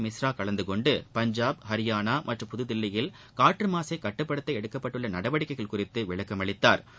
மிஸ்ரா கலந்துக்கொண்டு பஞ்சாப் ஹரியாளா மற்றும் புதுதில்லியில் காற்று மாசை கட்டுப்படுத்த எடுக்கப்பட்டுள்ள நடவடிக்கைகள் குறித்து விளக்கம் அளித்தாா்